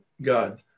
God